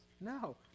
no